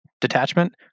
detachment